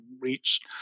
reached